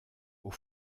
aux